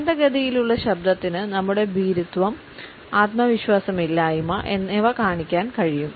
മന്ദഗതിയിലുള്ള ശബ്ദത്തിന് നമ്മുടെ ഭീരുത്വം ആത്മവിശ്വാസമില്ലായ്മ എന്നിവ കാണിക്കാൻ കഴിയും